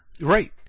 right